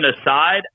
aside